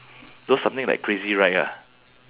those something like crazy ride ah